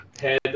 head